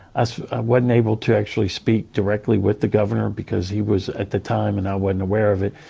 i so wasn't able to actually speak directly with the governor because he was, at the time, and i wasn't aware of it,